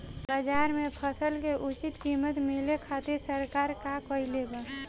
बाजार में फसल के उचित कीमत मिले खातिर सरकार का कईले बाऽ?